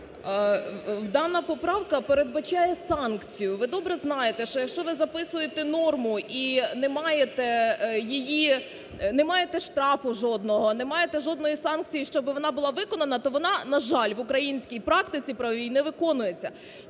Дана поправка передбачає санкцію. Ви добре знаєте, що якщо ви записуєте норму і не маєте її... не маєте штрафу жодного, не маєте жодної санкції, щоби вона була виконана, то вона, на жаль, в українській практиці правовій не виконується.